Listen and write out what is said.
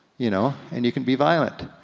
you know? and you can be violent.